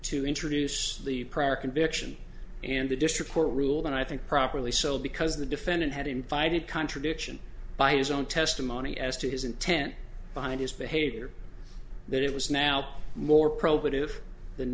to introduce the prior conviction and the district court ruled i think properly so because the defendant had invited contradiction by his own testimony as to his intent behind his behavior that it was now more provocative than